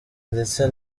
ndetse